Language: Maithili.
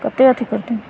कत्ते अथी करतै